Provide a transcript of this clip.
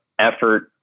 Effort